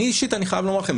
אני אישית חייב לומר לכם,